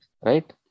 right